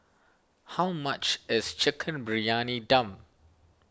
how much is Chicken Briyani Dum